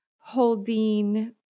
holding